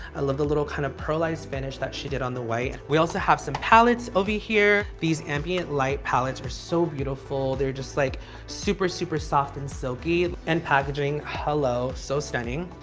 i love the little kind of pearlized finish that she did on the white. we also have some palettes over here. these ambient light palettes are so beautiful. they're just like super, super soft and silky. and packaging, hello. so stunning.